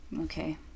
Okay